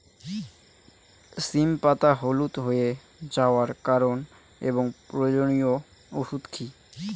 সিম পাতা হলুদ হয়ে যাওয়ার কারণ এবং প্রয়োজনীয় ওষুধ কি?